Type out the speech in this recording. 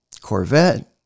Corvette